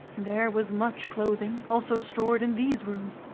there was much clothing also stored in these rooms,